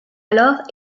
alors